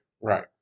Right